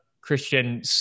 Christian